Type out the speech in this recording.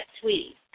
Sweetie